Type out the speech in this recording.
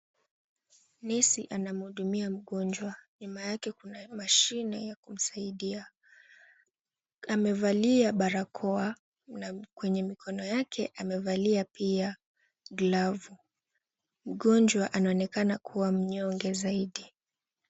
Nesi anamhudumia mgonjwa. Nyuma yake kuna mashine ya kumsaidia. Amevalia barakoa na kwenye mikono yake amevalia pia glavu. Mgonjwa anaonekana kuwa mnyonge zaidi.